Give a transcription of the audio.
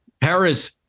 Paris